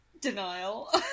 denial